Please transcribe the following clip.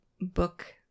book